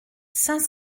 saint